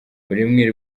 uburemere